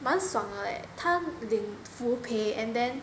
蛮爽的 leh 他领 full pay and then